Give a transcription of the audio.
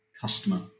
customer